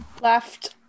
left